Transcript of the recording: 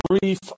brief